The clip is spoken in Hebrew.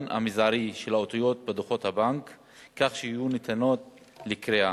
המזערי של האותיות בדוחות הבנק כך שיהיו ניתנות לקריאה.